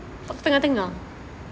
kat tengah-tengah